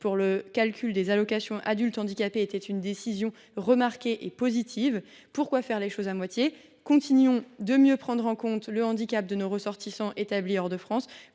pour le calcul des allocations aux adultes handicapés était une décision remarquée et positive. Pourquoi faire les choses à moitié ? Continuons de mieux prendre en compte le handicap de nos ressortissants établis hors de France,